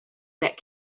that